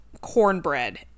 cornbread